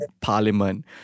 parliament